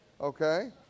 Okay